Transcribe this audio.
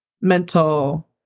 mental